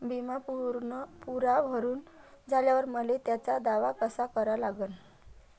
बिमा पुरा भरून झाल्यावर मले त्याचा दावा कसा करा लागन?